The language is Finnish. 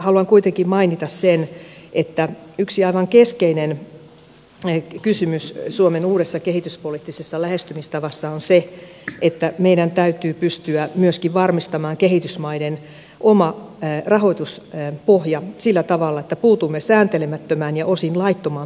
haluan kuitenkin mainita sen että yksi aivan keskeinen kysymys suomen uudessa kehityspoliittisessa lähestymistavassa on se että meidän täytyy pystyä myöskin varmistamaan kehitysmaiden oma rahoituspohja sillä tavalla että puutumme sääntelemättömään ja osin laittomaan pääomapakoon